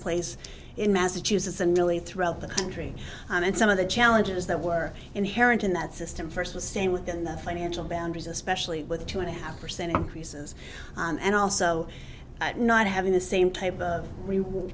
place in massachusetts and really throughout the country and some of the challenges that were inherent in that system first was staying within the financial boundaries especially with a two and a half percent increases and also not having the same type of reward